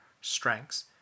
strengths